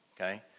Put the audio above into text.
Okay